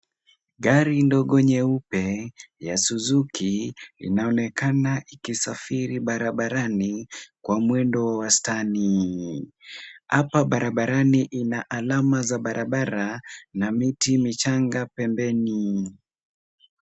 Gari ndogo nyeupe ya Suzuki linaonekana ikisafiri barabarani kwa mwendo wastani. Hapa barabarani ina alama za barabara na miti michanga pembeni.